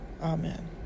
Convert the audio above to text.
Amen